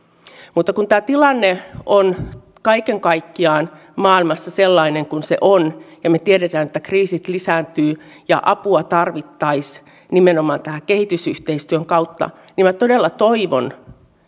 mutta kun tämä tilanne on kaiken kaikkiaan maailmassa sellainen kuin se on ja me tiedämme että kriisit lisääntyvät ja apua tarvittaisiin nimenomaan tämän kehitysyhteistyön kautta niin todella toivon